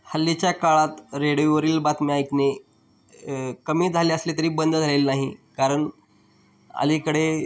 हल्लीच्या काळात रेडिओवरील बातम्या ऐकणे कमी झाले असले तरी बंद झालेले नाही कारण अलीकडे